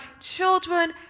children